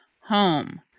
home